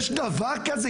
יש דבר כזה?